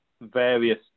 various